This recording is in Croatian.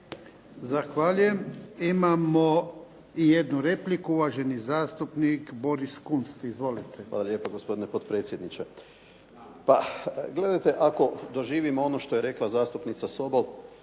Zahvaljujem. Imamo i jednu repliku, uvaženi zastupnik Boris Kunst. Izvolite. **Kunst, Boris (HDZ)** Hvala lijepo gospodine potpredsjedniče. Pa gledajte, ako doživimo ono što je rekla zastupnica Sobol